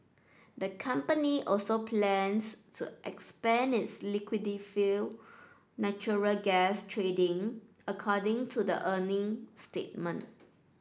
the company also plans to expand its liquefied natural gas trading according to the earning statement